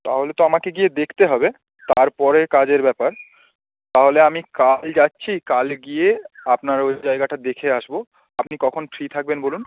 তাহলে তো আমাকে গিয়ে দেখতে হবে তারপরে কাজের ব্যাপার তাহলে আমি কাল যাচ্ছি কাল গিয়ে আপনার ওই জায়গাটা দেখে আসবো আপনি কখন ফ্রি থাকবেন বলুন